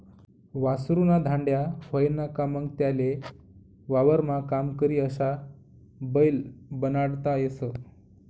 वासरु ना धांड्या व्हयना का मंग त्याले वावरमा काम करी अशा बैल बनाडता येस